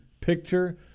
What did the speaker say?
picture